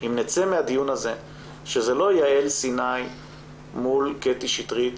אם נצא מהדיון הזה ולא יהיה מצב שזאת יעל סיני מול קטי שטרית